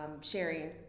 sharing